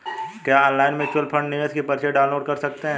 क्या online mutual fund निवेश की पर्ची डाउनलोड कर सकते हैं?